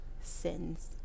sins